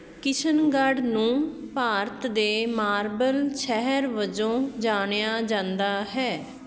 ਕਿਸ਼ਨਗੜ੍ਹ ਨੂੰ ਭਾਰਤ ਦੇ ਮਾਰਬਲ ਸ਼ਹਿਰ ਵਜੋਂ ਜਾਣਿਆ ਜਾਂਦਾ ਹੈ